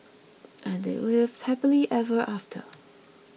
and they lived happily ever after